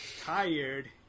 tired